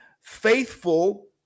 faithful